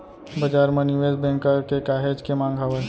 बजार म निवेस बेंकर के काहेच के मांग हावय